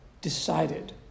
decided